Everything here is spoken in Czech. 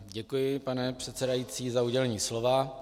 Děkuji, pane předsedající, za udělení slova.